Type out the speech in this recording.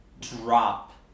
drop